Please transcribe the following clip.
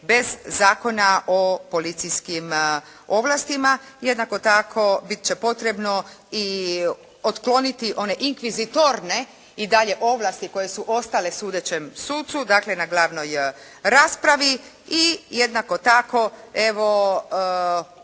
bez Zakona o policijskim ovlastima. Jednako tako biti će potrebno i otkloniti one inkvizitorne i dalje ovlasti koje su ostale sudećem sucu, dakle na glavnoj raspravi i jednako tako evo